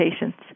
patients